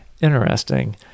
interesting